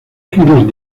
tejidos